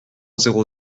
zéro